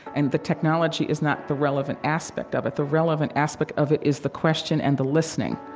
and the technology is not the relevant aspect of it. the relevant aspect of it is the question and the listening.